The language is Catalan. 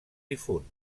difunt